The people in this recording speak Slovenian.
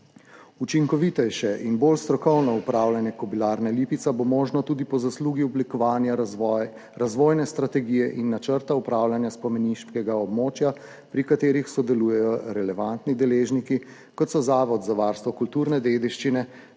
Učinkovitejše in bolj strokovno upravljanje Kobilarne Lipica bo možno tudi po zaslugi oblikovanja razvojne strategije in načrta upravljanja spomeniškega območja, pri katerih sodelujejo relevantni deležniki, kot so Zavod za varstvo kulturne dediščine,